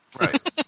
Right